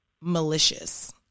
malicious